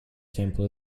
temple